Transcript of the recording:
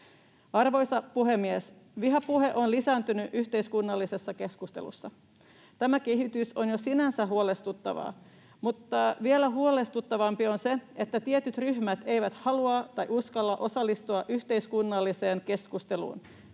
Arvoisa puhemies! Vihapuhe on lisääntynyt yhteiskunnallisessa keskustelussa. Tämä kehitys on jo sinänsä huolestuttavaa, mutta vielä huolestuttavampaa on se, että tietyt ryhmät eivät halua tai uskalla osallistua yhteiskunnalliseen keskusteluun,